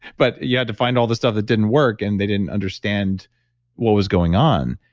but you had to find all the stuff that didn't work and they didn't understand what was going on.